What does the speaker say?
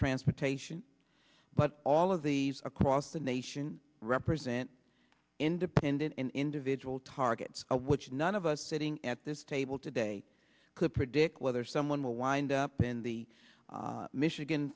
transportation but all of these across the nation represent independent and individual targets of which none of us sitting at this table today could predict whether someone will wind up in the michigan